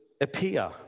appear